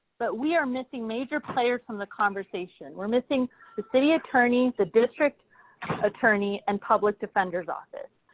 but we are missing major players from the conversation. we're missing the city attorney, the district attorney and public defender's office.